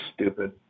stupid